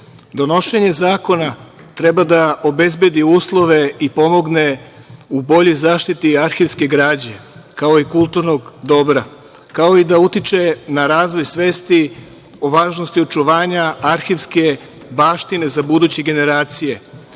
donošenje zakona treba da obezbedi uslove i pomogne u boljoj zaštiti arhivske građe, kao i kulturnog dobra, kao i da utiče na razvoj svesti o važnosti očuvanja arhivske baštine za buduće generacije. Zakon